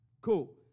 Cool